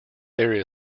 there